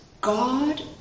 God